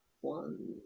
One